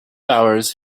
hours